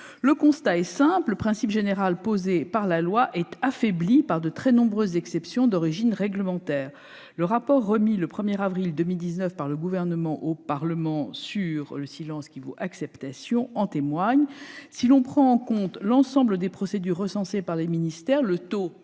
Le constat est simple : le principe général posé par la loi est affaibli par de très nombreuses exceptions d'origine réglementaire. Le rapport remis le 1 avril 2019 par le Gouvernement au Parlement en témoigne :« si l'on prend en compte l'ensemble des procédures recensées par les ministères, le taux